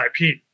ip